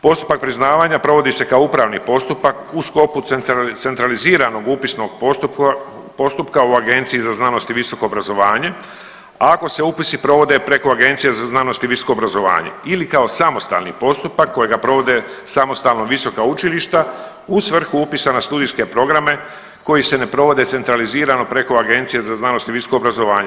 Postupak priznavanja provodi se kao upravni postupak u sklopu centraliziranog upisnog postupka u Agenciji za znanost i visoko obrazovanje, a ako se upisi provode preko Agencije za znanost i visoko obrazovanje ili kao samostalni postupak kojega provode samostalno visoka učilišta u svrhu upisa na studijske programe koji se ne provode centralizirano preko Agencije za znanost i visoko obrazovanje.